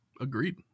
Agreed